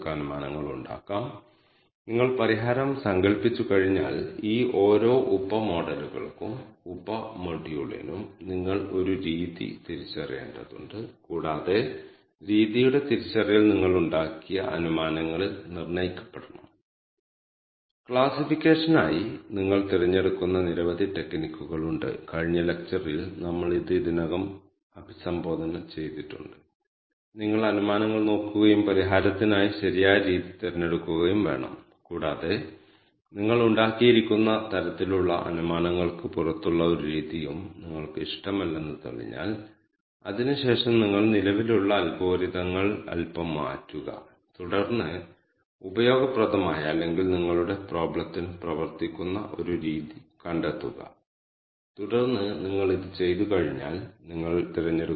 അതിനായി നിങ്ങൾ ചെയ്യേണ്ടത് K മീൻസ് അൽഗരിതങ്ങൾ ചെയ്യുന്ന ലൂപ്പിനായി ഒന്ന് എന്ന് എഴുതുക എന്നതാണ് കൂടാതെ സ്ക്വയറുകളുടെ ആകെത്തുകയ്ക്കുള്ളിലെ മെട്രിക് നേടുക നിങ്ങൾ ഇത് ക്ലസ്റ്ററുകളുടെ എണ്ണം ഉപയോഗിച്ച് സ്ക്വയറുകളുടെ ആകെത്തുകയിൽ പ്ലോട്ട് ചെയ്യുമ്പോൾ ഒരു നിശ്ചിത എണ്ണം ക്ലസ്റ്ററുകൾക്ക് ശേഷം സ്ക്വയറുകളുടെ ആകെത്തുകയ്ക്കുള്ളിലെ കുറവ് എവിടെയാണെന്ന് നിങ്ങൾ കണ്ടെത്തും നിങ്ങളുടെ ഡാറ്റ വിഭജിക്കേണ്ട ഒപ്റ്റിമൽ ക്ലസ്റ്ററുകളുടെ എണ്ണം ഇതാണ് എന്ന് പറയുക